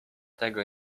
tego